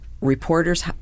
reporters